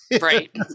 Right